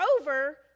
over